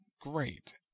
great